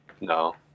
no